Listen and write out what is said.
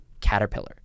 caterpillar